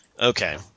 Okay